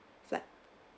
flight